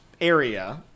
area